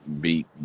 Beat